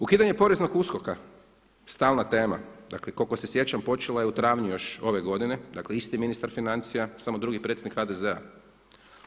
Ukidanje poreznog USKOK-a stalna tema, dakle koliko se sjećam počela je u travnju još ove godine, dakle isti ministar financija samo drugih predsjednik HDZ-a.